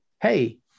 hey